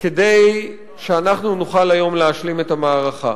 כדי שאנחנו נוכל היום להשלים את המערכה.